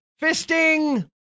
Fisting